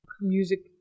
music